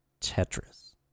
Tetris